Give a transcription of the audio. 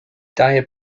dire